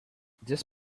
this